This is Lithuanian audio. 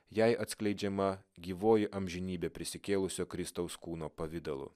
jai atskleidžiama gyvoji amžinybė prisikėlusio kristaus kūno pavidalu